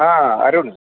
हा अरुण